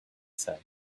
said